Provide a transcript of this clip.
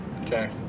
Okay